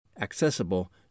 accessible